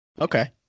Okay